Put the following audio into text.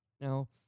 Now